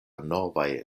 novaj